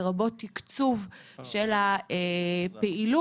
לרבות תקצוב של הפעילות,